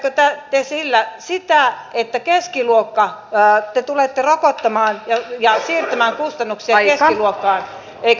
tarkoitatteko te sillä sitä että te tulette rokottamaan ja siirtämään kustannuksia ja sanotaan ei